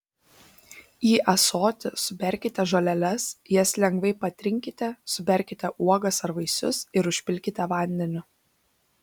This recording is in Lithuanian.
į ąsotį suberkite žoleles jas lengvai patrinkite suberkite uogas ar vaisius ir užpilkite vandeniu